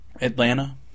atlanta